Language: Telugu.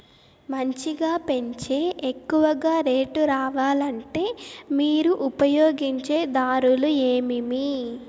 మంచిగా పెంచే ఎక్కువగా రేటు రావాలంటే మీరు ఉపయోగించే దారులు ఎమిమీ?